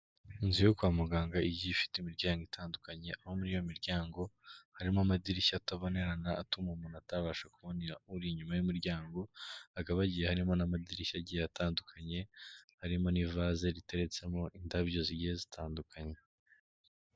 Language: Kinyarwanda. Inzu yo kwa muganga igiye ifite imiryango itandukanye, aho muri iyo miryango harimo amadirishya atabonerana atuma umuntu atabasha kubonera uri inyuma y'umuryango. Hakaba hagiye harimo n'amadirishya agiye atandukanye, harimo n'ivase riteretsemo indabyo zigiye zitandukanye.